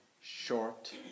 short